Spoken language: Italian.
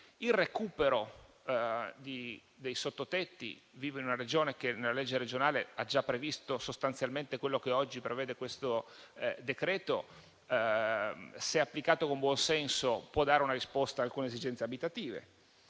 al recupero dei sottotetti, vivo in una Regione che nella legge regionale ha già previsto sostanzialmente quello che oggi dispone il decreto-legge, e, se applicato con buon senso, può dare una risposta ad alcune esigenze abitative;